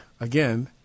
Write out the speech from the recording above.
again